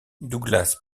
douglas